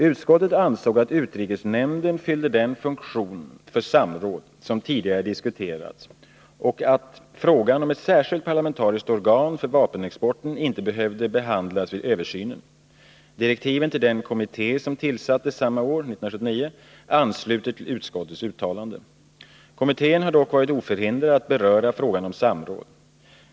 Utskottet ansåg att utrikesnämnden fyllde den funktion för samråd som tidigare diskuterats och att frågan om ett särskilt parlamentariskt organ för vapenexporten inte behövde behandlas vid översynen. Direktiven till den kommitté som tillsattes samma år, 1979, ansluter till utskottets uttalande. Kommittén har dock varit oförhindrad att beröra frågan om samråd.